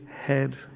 head